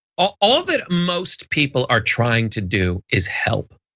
all that most people are trying to do is help.